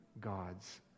God's